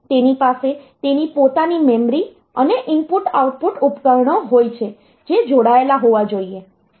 તેની પાસે તેની પોતાની મેમરી અને ઇનપુટ આઉટપુટ ઉપકરણો હોય છે જે જોડાયેલા હોવા જોઈએ